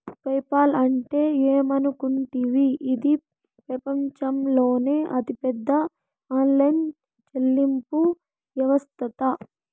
PayPal అంటే ఏమనుకుంటివి, ఇది పెపంచంలోనే అతిపెద్ద ఆన్లైన్ చెల్లింపు యవస్తట